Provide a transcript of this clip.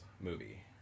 movie